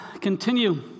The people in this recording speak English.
continue